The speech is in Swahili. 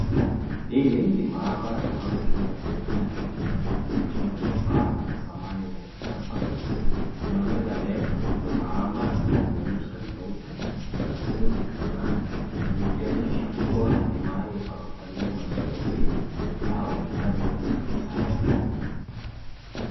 Hili ni maabara au chumba cha sayansi, kilicho na vifaa na samani za kisasa. Kuna meza ndefu za maabara zenye nyuso nyeupe na singi kadhaa, zikionyesha kua ni mahali pa kufanyia majaribio au kazi za kisayansi.